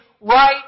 right